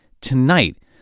tonight